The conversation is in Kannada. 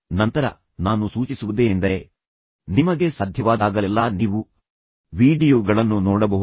ನಂತರ ನಾನು ಸೂಚಿಸುವುದೇನೆಂದರೆ ನಿಮಗೆ ಸಾಧ್ಯವಾದಾಗಲೆಲ್ಲಾ ನೀವು ವೀಡಿಯೊ ಗಳನ್ನು ನೋಡಬಹುದು